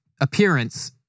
appearance